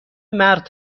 مرد